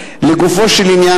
לגופו של עניין,